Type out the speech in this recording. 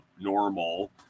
normal